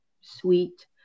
sweet